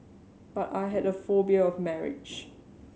but I had a phobia of marriage